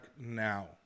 now